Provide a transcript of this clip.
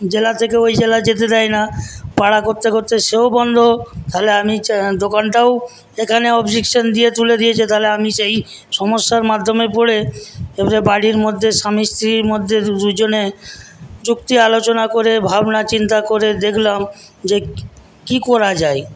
জেলা থেকে ওই জেলা যেতে দেয় না পাড়া করতে করতে সেও বন্ধ তাহলে আমি দোকানটাও এখানে অবজেকশন দিয়ে তুলে দিয়েছে তাহলে আমি সেই সমস্যার মাধ্যমে পড়ে বাড়ির মধ্যে স্বামী স্ত্রীর মধ্যে দুজনে যুক্তি আলোচনা করে ভাবনা চিন্তা করে দেখলাম যে কী করা যায়